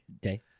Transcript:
Day